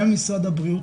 גם ממשרד הבריאות.